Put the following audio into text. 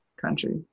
country